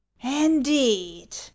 indeed